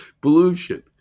pollution